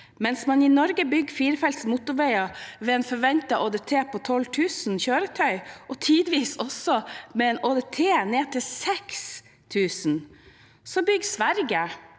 Mens man i Norge bygger firefelts motorveier ved en forventet ÅDT på 12 000 kjøretøy, og tidvis også med en ÅDT ned til 6 000, bygger Sverige